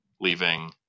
leaving